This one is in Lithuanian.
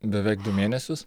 beveik du mėnesius